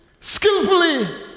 skillfully